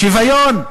שוויון,